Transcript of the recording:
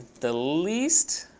the least?